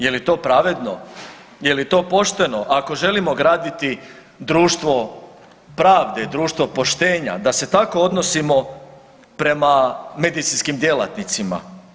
Je li to pravedno, je li to pošteno, ako želimo graditi društvo pravde, društvo poštenja da se tako odnosimo prema medicinskim djelatnicima?